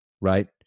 right